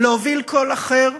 להוביל קול אחר,